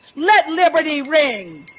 let liberty ring.